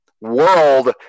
world